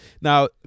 now